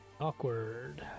awkward